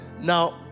Now